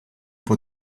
può